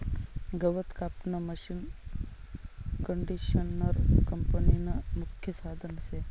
गवत कापानं मशीनकंडिशनर कापनीनं मुख्य साधन शे